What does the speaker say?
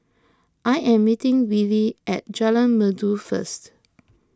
I am meeting Wiley at Jalan Merdu first